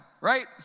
right